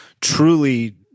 truly